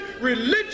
religion